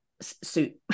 suit